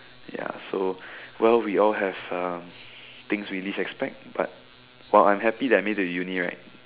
ya so well we all have um things we least expect but while I'm happy I made it to uni right